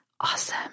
Awesome